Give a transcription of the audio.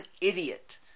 idiot